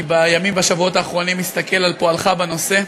בימים ובשבועות האחרונים אני מסתכל על פועלך בנושא,